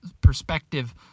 perspective